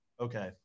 Okay